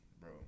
bro